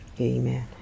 Amen